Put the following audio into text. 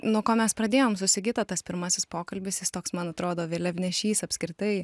nuo ko mes pradėjom su sigita tas pirmasis pokalbis jis toks man atrodo vėliavnešys apskritai